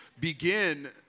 begin